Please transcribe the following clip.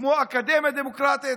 כמו אקדמיה דמוקרטית,